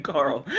Carl